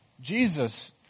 Jesus